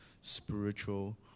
spiritual